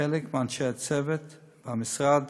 חלק מאנשי הצוות, ומשרד